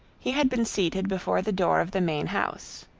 he had been seated before the door of the main house.